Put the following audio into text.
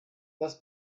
das